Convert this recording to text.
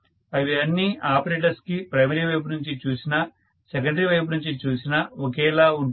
అవి అన్నీ ఆపరేటస్ కి ప్రైమరీ వైపు నుంచి చూసినా సెకండరీ వైపు నుంచి చూసినా ఒకేలా ఉంటాయి